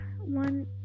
one